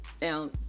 Now